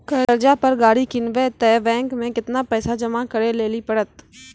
कर्जा पर गाड़ी किनबै तऽ बैंक मे केतना पैसा जमा करे लेली पड़त?